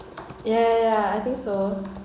ya ya ya I think so